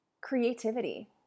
creativity